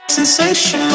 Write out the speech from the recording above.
Sensation